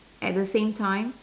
at the same time